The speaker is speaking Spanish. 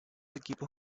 equipos